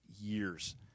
years